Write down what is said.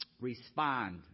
Respond